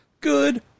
good